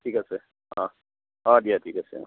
ঠিক আছে অঁ অঁ দিয়া ঠিক আছে অঁ